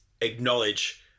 acknowledge